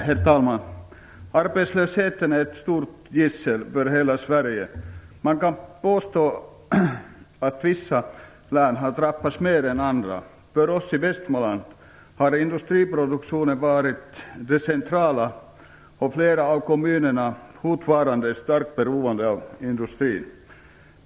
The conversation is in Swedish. Herr talman! Arbetslösheten är ett stort gissel för hela Sverige. Man kan påstå att vissa län har drabbats mer än andra. För oss i Västmanland har industriproduktionen varit det centrala, och flera av kommunerna är fortfarande starkt beroende av industrin.